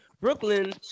Brooklyn